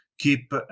keep